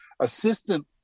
assistant